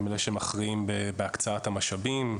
הם אלה שמכריעים בהקצאת המשאבים,